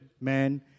man